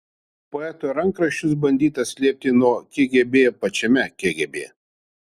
poeto rankraščius bandyta slėpti nuo kgb pačiame kgb